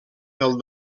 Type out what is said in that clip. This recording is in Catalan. del